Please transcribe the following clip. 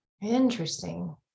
Interesting